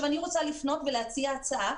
אני רוצה לפנות ולהציע הצעה,